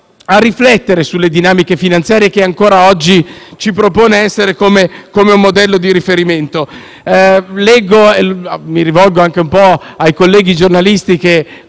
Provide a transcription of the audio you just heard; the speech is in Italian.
a riflettere sulle dinamiche finanziarie che ancora oggi ci sono proposte come un modello di riferimento. Mi rivolgo anche ai colleghi giornalisti che